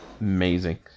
Amazing